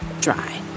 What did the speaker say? dry